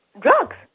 Drugs